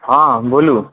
हँ बोलु